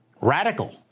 radical